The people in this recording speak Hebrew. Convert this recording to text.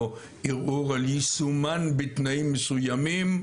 או ערעור על יישומן בתנאים מסוימים,